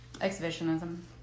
exhibitionism